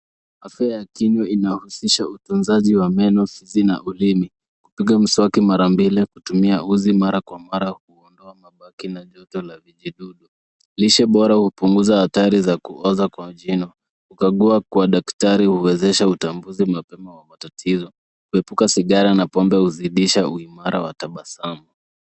Afya ya kinywa inahusisha utunzaji wa meno, fizi na ulimi, kupiga mswaki mara mbili, kutumia uzi mara kwa mara kuondoa mabaki na joto ya vijidudu. Lishe bora hupunguza adhari za kuoza kwa jino. Kukagua kwa dakatari huwezesha utambuzi mapema wa matatizo. Kuepuka sigara na pombe huzidisha uimara wa tabasamu.